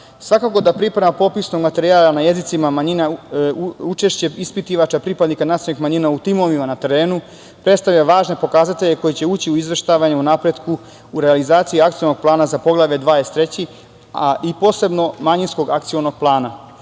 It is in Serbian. da priprema popisnog materijala na jezicima manjina učešće ispitivača pripadnika nacionalnih manjina u timovima na terenu predstavlja važne pokazatelje koji će ući u izveštavanje o napretku u realizaciji Akcionog plana za Poglavlje 23 i posebno Manjinskog akcionog plana. Moramo